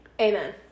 Amen